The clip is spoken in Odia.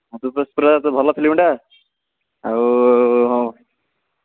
ହଁ ପୁଷ୍ପାରାଜ୍ଟା ତ ଭଲ ଫିଲ୍ମଟା ଆଉ